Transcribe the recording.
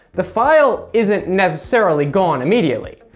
the file isn't necessarily gone immediately.